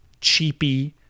cheapy